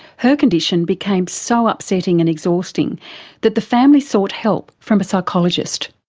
her condition became so upsetting and exhausting that the family sought help from a psychologist.